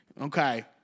Okay